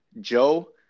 Joe